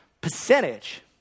percentage